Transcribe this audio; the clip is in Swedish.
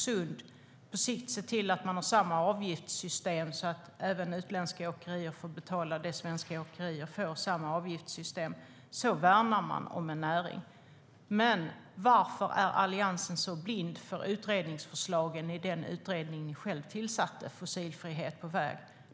Det handlar om att på sikt se till att man har samma avgiftssystem så att även utländska åkerier får betala det som svenska åkerier får. Så värnar man om en näring.?